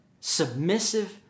submissive